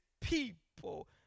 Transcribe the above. people